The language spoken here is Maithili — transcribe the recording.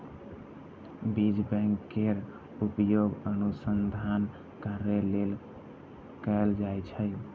बीज बैंक केर उपयोग अनुसंधान कार्य लेल कैल जाइ छै